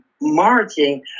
marching